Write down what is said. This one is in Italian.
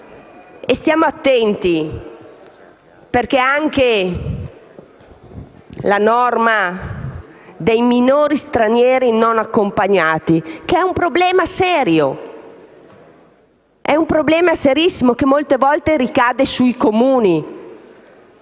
Stiamo attenti anche alla norma sui minori stranieri non accompagnati, che è un problema serio, serissimo, che molte volte ricade sui Comuni.